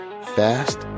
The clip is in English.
Fast